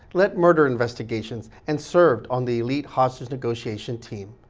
led murder investigations, and served on the elite hostage negotiation team.